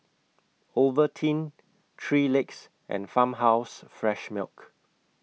Ovaltine three Legs and Farmhouse Fresh Milk